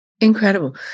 Incredible